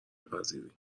پذیری